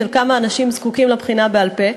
כמה אנשים זקוקים לבחינה בעל-פה,